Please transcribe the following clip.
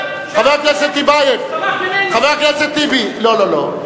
חבר הכנסת טיבי, לא, לא, לא.